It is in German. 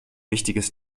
wichtiges